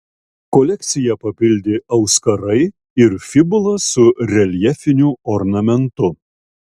kolekciją papildė auskarai ir fibula su reljefiniu ornamentu